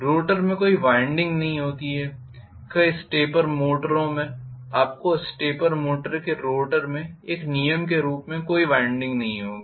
rotor में कोई winding नहीं होती है कई स्टेपर मोटरों में आपको स्टेपर मोटर के रोटर में एक नियम के रूप में कोई वाइंडिंग नहीं होगी